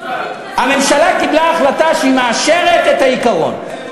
הממשלה קיבלה החלטה שהיא מאשרת את העיקרון.